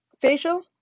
Facial